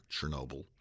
Chernobyl